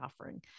offering